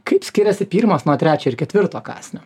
kaip skiriasi pirmas nuo trečio ir ketvirto kąsnio